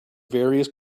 various